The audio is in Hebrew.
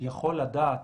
יכול לדעת,